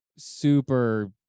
Super